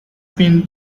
been